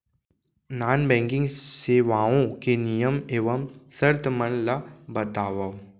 non banking सेवाओं के नियम एवं शर्त मन ला बतावव